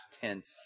tense